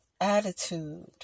attitude